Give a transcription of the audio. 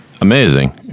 Amazing